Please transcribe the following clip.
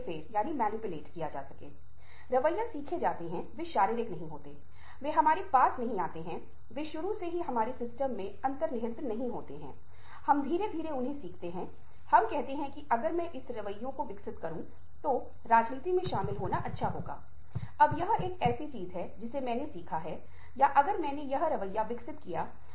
वास्तव में छोटे बच्चे बहुत कुछ नहीं सुनते वे बस शोर मचाते हैं लेकिन एक समय पर उन्हें पता चलता है कि यदि कोई भाषा सीखनी है तो उन्हें सुनना बहुत आवश्यक है और उन्हें एक भाषा सीखनी होगी क्योंकि इसके बिना उनकी इच्छाओं को पूरा नहीं किया जा सकता है उनकी जरूरतों का ध्यान नहीं रखा जा सकता है